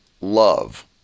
love